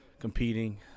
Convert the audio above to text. competing